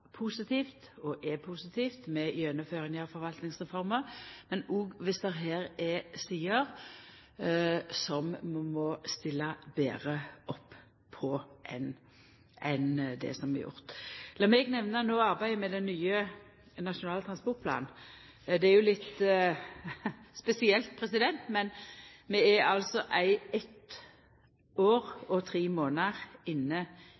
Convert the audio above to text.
positivt – og er positivt – med gjennomføringa av Forvaltningsreforma, og om det her er sider som vi må stilla betre opp på enn det som er gjort. Lat meg nemna arbeidet med den nye nasjonale transportplanen. Det er jo litt spesielt, men vi er altså eitt